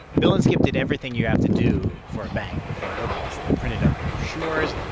bill and skip did everything you have to do for a bank before it opens. they printed up brochures,